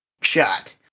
shot